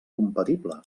compatible